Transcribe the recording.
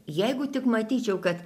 jeigu tik matyčiau kad